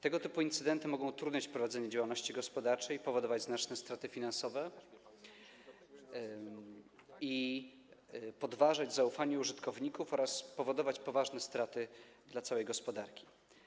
Tego typu incydenty mogą utrudniać prowadzenie działalności gospodarczej, powodować znaczne straty finansowe, podważać zaufanie użytkowników oraz powodować poważne straty dla całej gospodarki.